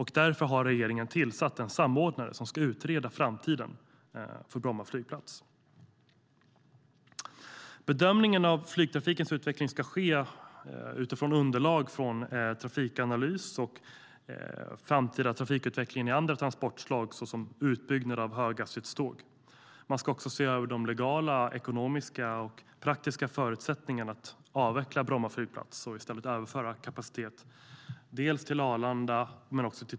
Regeringen har därför tillsatt en samordnare som ska utreda framtiden för Bromma flygplats. Bedömningen av flygtrafikens utveckling ska ske utifrån underlag från Trafikanalys och utgå från framtida trafikutveckling för andra transportslag såsom utbyggnad av höghastighetståg.